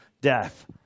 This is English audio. death